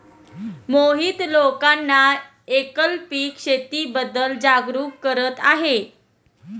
मोहित लोकांना एकल पीक शेतीबद्दल जागरूक करत आहे